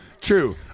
true